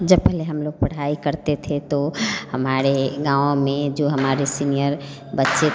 जब पहले हम लोग पढ़ाई करते थे तो हमारे गाँव में जो हमारे सीनियर बच्चे